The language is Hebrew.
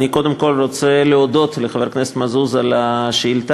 אני קודם כול רוצה להודות לחבר הכנסת מזוז על השאילתה.